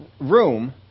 room